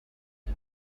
gli